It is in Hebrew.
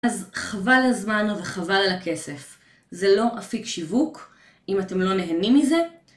אז חבל על הזמן וחבל על הכסף, זה לא אפיק שיווק אם אתם לא נהנים מזה